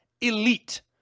elite